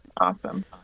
Awesome